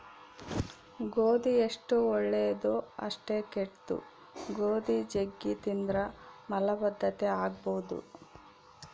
ಗೋಧಿ ಎಷ್ಟು ಒಳ್ಳೆದೊ ಅಷ್ಟೇ ಕೆಟ್ದು, ಗೋಧಿ ಜಗ್ಗಿ ತಿಂದ್ರ ಮಲಬದ್ಧತೆ ಆಗಬೊದು